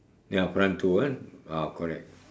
ya front to ah ah correct